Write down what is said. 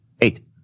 Eight